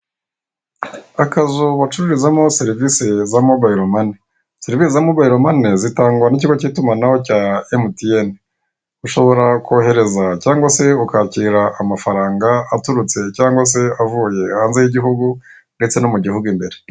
Ku gikuta hari fizibure aho ushobora kuba wakupa cyangwa ugakupura bitewe n'ikintu ushaka gukora. Aho hantu ushobora kuba wahakupura mu gihe ushaka kwatsa umuriro cyangwa se ugakupa mu gihe udashaka kwatsa umuriro.